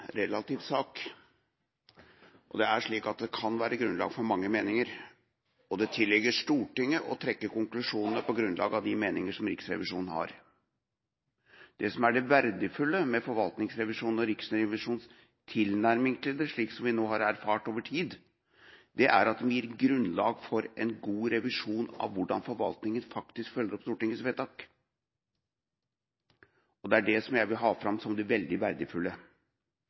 relativ sak, og det er slik at det kan være grunnlag for mange meninger, og det tilligger Stortinget å trekke konklusjonene på grunnlag av de meninger som Riksrevisjonen har. Det som er det verdifulle med forvaltningsrevisjonen og Riksrevisjonens tilnærming til det, slik vi nå har erfart over tid, er at det gir grunnlag for en god revisjon av hvordan forvaltningen faktisk følger opp Stortingets vedtak. Det er dét jeg vil ha fram som det veldig verdifulle.